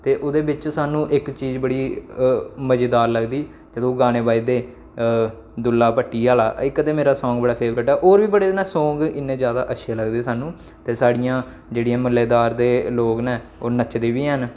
ते ओह्दे बिच्च सानूं इक चीज बड़ी मजेदार लगदी ते ओह् गाने बजदे दुल्ला भट्टी आह्ला इक ते मेरा सांग बड़ा फेवरट ऐ होर बी बड़े न सांग इन्ने ज्यादा अच्छे लगदे सानूं ते साढ़ियां जेह्ड़ियां म्हल्लेदार दे लोग न ओह् नचदे बी हैन